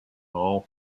all